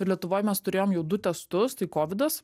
ir lietuvoj mes turėjom jau du testus tai kovidas